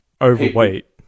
overweight